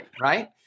Right